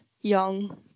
young